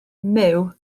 myw